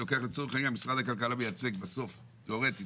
אני לוקח לצורך העניין משרד הכלכלה מייצג בסוף תיאורטית